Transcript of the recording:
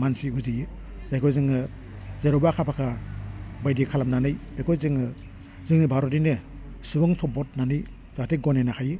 मानसि बुजियो जायखौ जोङो जेरावबो आखा फाखा बायदि खालामनानै बेखौ जोङो जोंनि भारतनिनो सुबुं सम्पद होननानै जाहाथे गनायनो हायो